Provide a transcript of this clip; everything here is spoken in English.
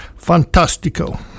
Fantastico